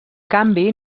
canvi